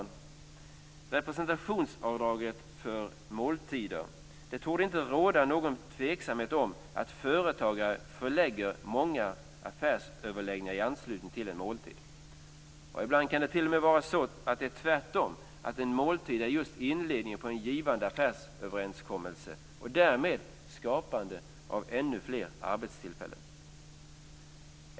Nästa punkt är representationsavdrag för måltider. Det torde inte råda någon tveksamhet om att företagare förlägger många affärsöverläggningar i anslutning till en måltid. Ibland kan det t.o.m. vara tvärtom, att en måltid är inledningen på en givande affärsöverenskommelse och därmed skapande av ännu fler arbetstillfällen.